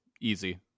easy